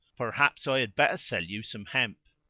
perhaps i had better sell you some hemp?